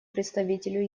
представителю